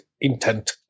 intent